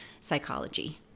psychology